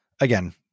again